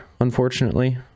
unfortunately